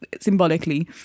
symbolically